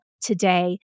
today